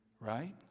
Right